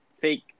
fake